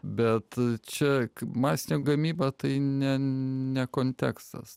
bet čia masinė gamyba tai ne ne kontekstas